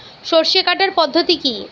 সরষে কাটার পদ্ধতি কি?